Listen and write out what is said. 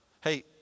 hey